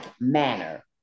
manner